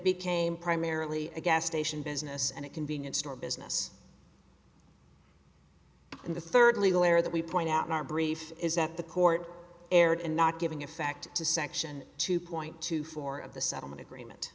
became primarily a gas station business and a convenience store business and the third legal area that we point out in our brief is that the court erred in not giving a fact to section two point two four of the settlement agreement